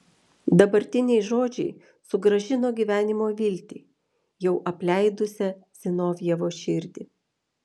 dabartiniai žodžiai sugrąžino gyvenimo viltį jau apleidusią zinovjevo širdį